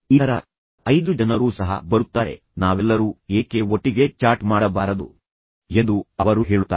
ಇತರ ಐದು ಜನರೂ ಸಹ ಬರುತ್ತಾರೆ ನಾವೆಲ್ಲರೂ ಏಕೆ ಒಟ್ಟಿಗೆ ಚಾಟ್ ಮಾಡಬಾರದು ಎಂದು ಅವರು ಹೇಳುತ್ತಾರೆ